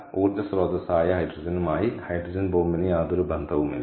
ഊർജ്ജ സ്രോതസ്സായ ഹൈഡ്രജനുമായി ഹൈഡ്രജൻ ബോംബിന് യാതൊരു ബന്ധവുമില്ല